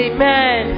Amen